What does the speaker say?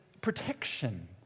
protection